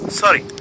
sorry